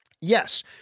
Yes